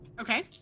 Okay